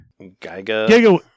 Giga